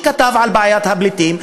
והוא כתב על בעיית הפליטים,